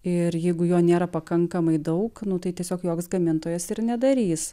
ir jeigu jo nėra pakankamai daug nu tai tiesiog joks gamintojas ir nedarys